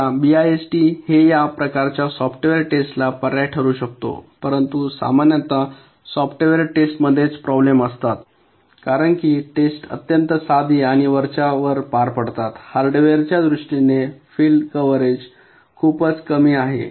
आता बीआयएसटी हे या प्रकारच्या सॉफ्टवेअर टेस्टला पर्याय ठरू शकतो परंतु सामान्यत सॉफ्टवेअर टेस्ट मध्येच प्रॉब्लेम असतात कारण कि टेस्ट अत्यंत साधी आणि वरच्यावर पार पाडतात हार्डवेअरच्या दृष्टीने फॉल्ट कव्हरेज खूपच कमी आहे